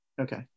Okay